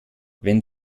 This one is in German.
wenn